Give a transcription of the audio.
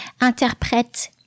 interprète